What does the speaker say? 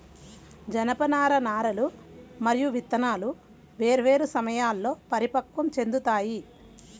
జనపనార నారలు మరియు విత్తనాలు వేర్వేరు సమయాల్లో పరిపక్వం చెందుతాయి